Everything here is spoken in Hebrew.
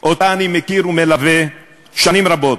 שאני מכיר ומלווה שנים רבות,